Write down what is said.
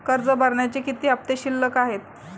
कर्ज भरण्याचे किती हफ्ते शिल्लक आहेत?